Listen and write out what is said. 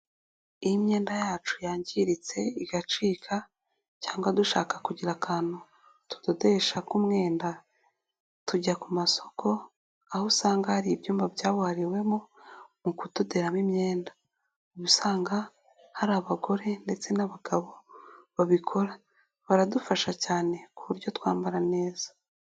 Iyo imyenda yacu yangiritse igacika, cyangwa dushaka kugira akantu tudodesha k'umwenda, tujya ku masoko, aho usanga hari ibyumba byabuhariwemo mu kudoderamo imyenda, uba usanga hari abagore ndetse n'abagabo babikora, baradufasha cyane ku buryo twambara neza.